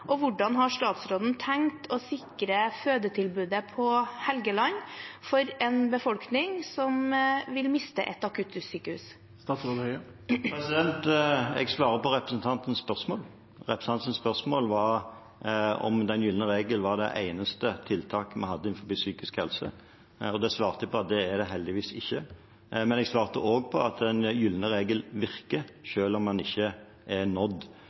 Hvordan har statsråden tenkt å sikre fødetilbudet på Helgeland for en befolkning som vil miste et akuttsykehus? Jeg svarer på representantens spørsmål. Representantens spørsmål var om den gylne regel var det eneste tiltaket vi hadde innen psykisk helse. Og det svarte jeg på, at det er det heldigvis ikke. Men jeg svarte også at den gylne regel virker – selv om den ikke er